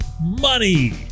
money